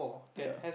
ya